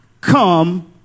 come